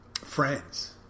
Friends